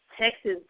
Texas